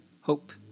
hope